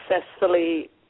successfully